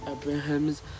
Abraham's